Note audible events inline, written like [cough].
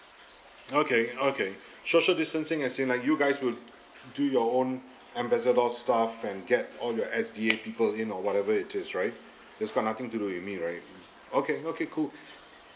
[noise] okay okay social distancing as in like you guys would do your own ambassador stuff and get all your S_D_A people in or whatever it is right that's got nothing to do with me right okay okay cool